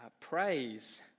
Praise